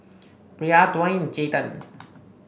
Brea Dwain and Jayden